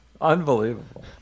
Unbelievable